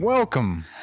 Welcome